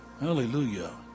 hallelujah